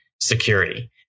security